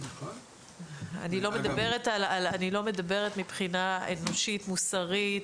אני לא מדברת מבחינה אנושית מוסרית,